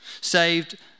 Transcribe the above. Saved